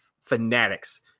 fanatics